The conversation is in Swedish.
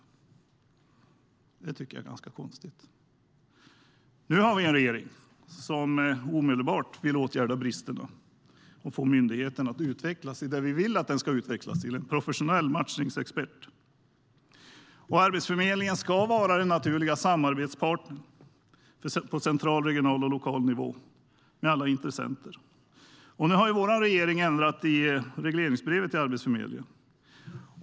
Jag tycker att det är ganska konstigt. Vår regering har nu ändrat i regleringsbrevet till Arbetsförmedlingen.